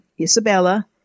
Isabella